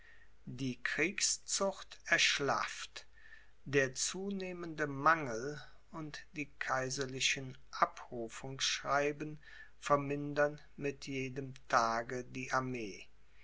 die kriegszucht erschlafft der zunehmende mangel und die kaiserlichen abrufungsschreiben vermindern mit jedem tage die armee